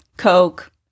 Coke